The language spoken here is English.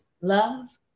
love